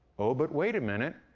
oh, but wait a minute.